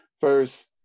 First